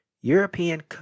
European